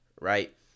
right